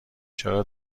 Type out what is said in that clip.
چرا